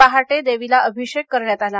पहाटे देवीला अभिषेक करण्यात आला